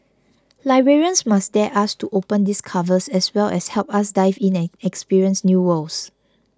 librarians must dare us to open these covers as well as help us dive in and experience new worlds